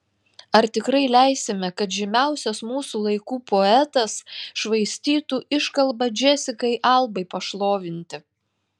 ar tikrai leisime kad žymiausias mūsų laikų poetas švaistytų iškalbą džesikai albai pašlovinti